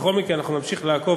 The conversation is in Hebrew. בכל מקרה, אנחנו נמשיך לעקוב.